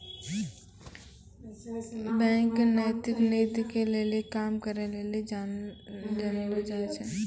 bank नैतिक नीति के लेली काम करै लेली जानलो जाय छै